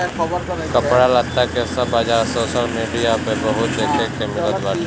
कपड़ा लत्ता के सब बाजार सोशल मीडिया पअ बहुते देखे के मिलत बाटे